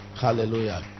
Hallelujah